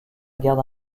garde